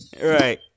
Right